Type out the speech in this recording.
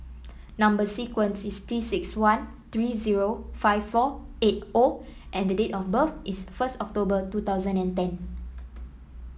number sequence is T six one three zero five four eight O and the date of birth is first October two thousand and ten